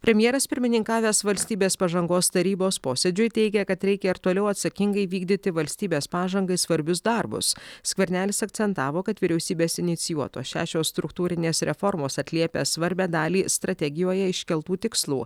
premjeras pirmininkavęs valstybės pažangos tarybos posėdžiui teigė kad reikia ir toliau atsakingai vykdyti valstybės pažangai svarbius darbus skvernelis akcentavo kad vyriausybės inicijuotos šešios struktūrinės reformos atliepia svarbią dalį strategijoje iškeltų tikslų